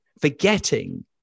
Forgetting